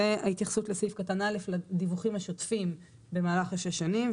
זו ההתייחסות לסעיף קטן (א) לדיווחים השותפים במהלך ששת השנים.